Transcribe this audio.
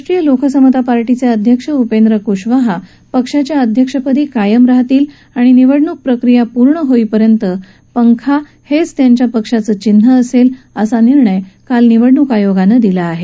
राष्ट्रीय लोकसमता पार्टीचे अध्यक्ष उपेंद्र कुशवाह पक्षाच्या अध्यक्षपदी कायम राहतील आणि निवडणुक पूर्ण होईपर्यंत पंखा हेच त्यांच्या पक्षाचं चिन्ह असेल असा निर्णय काल निवडणूक आयोगानं दिला आहे